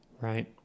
Right